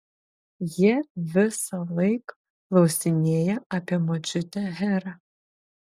jie visąlaik klausinėja apie močiutę herą